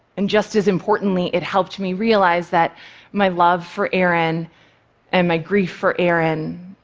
and just as importantly, it helped me realize that my love for aaron and my grief for aaron,